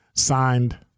signed